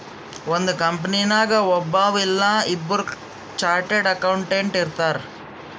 ಒಂದ್ ಕಂಪನಿನಾಗ್ ಒಬ್ಬವ್ ಇಲ್ಲಾ ಇಬ್ಬುರ್ ಚಾರ್ಟೆಡ್ ಅಕೌಂಟೆಂಟ್ ಇರ್ತಾರ್